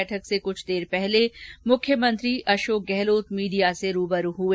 बैठक से कुछ देर पहले मुख्यमंत्री अशोक गहलोत मीडिया से रूबरू हए